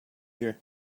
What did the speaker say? here